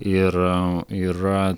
ir yra